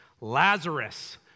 Lazarus